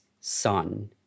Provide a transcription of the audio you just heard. son